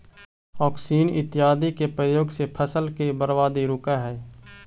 auxin इत्यादि के प्रयोग से फसल के बर्बादी रुकऽ हई